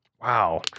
wow